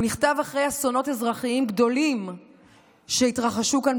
הוא נכתב אחרי אסונות אזרחיים גדולים שהתרחשו כאן,